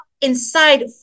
inside